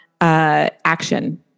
action